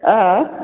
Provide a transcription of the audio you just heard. आयॅं